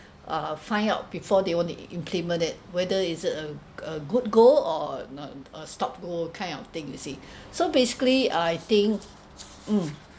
uh find out before they want to implement it whether is it a a good go or not or stopped go kind of thing you see so basically uh I think mm